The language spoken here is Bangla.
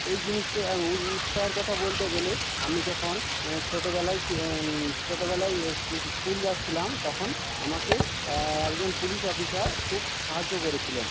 এই জিনিসটায় উৎসাহের কথা বলতে গেলে আমি যখন ছোটোবেলায় ছোটোবেলায় স্কুল যাচ্ছিলাম তখন আমাকে একজন পুলিশ অফিসার খুব সাহায্য করেছিলেন